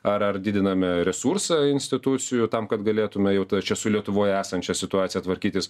ar ar didiname resursą institucijų tam kad galėtume jau ta čia su lietuvoje esančia situacija tvarkytis